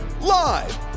Live